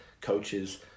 coaches